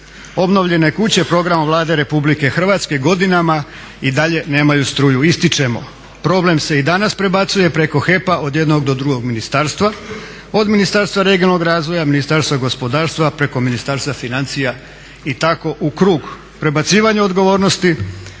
Obnovljene kuće programom Vlade RH godinama i dalje nemaju struju. Ističemo problem se i danas prebacuje preko HEP-a od jednog do drugog ministarstva, od Ministarstva regionalnog razvoja, Ministarstva gospodarstva preko Ministarstva financija i tako u krug. Prebacivanje odgovornosti